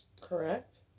Correct